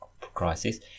crisis